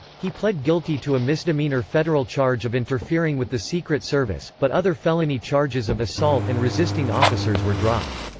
he pled guilty to a misdemeanor federal charge of interfering with the secret service, but other felony charges of assault and resisting officers were dropped.